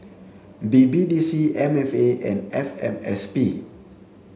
B B D C M F A and F M S P